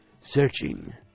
searching